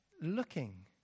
looking